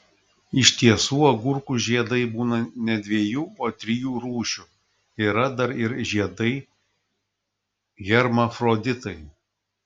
iš tiesų agurkų žiedai būna ne dviejų o trijų rūšių yra dar ir žiedai hermafroditai